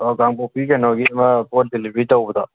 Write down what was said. ꯑꯣ ꯀꯥꯡꯄꯣꯛꯄꯤ ꯀꯩꯅꯣꯒꯤ ꯑꯃ ꯄꯣꯠ ꯗꯦꯂꯤꯕꯔꯤ ꯇꯧꯕꯗꯣ